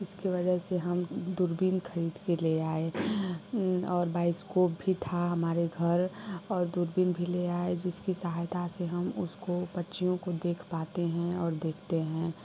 उसके वजह से हम दूरबीन खरीद के ले आए और बाइसकोप भी था हमारे घर और दूरबीन भी ले आए जिसकी सहायता से हम उसको पक्षियों को देख पाते हैं और देखते हैं